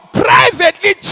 privately